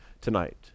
tonight